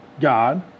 God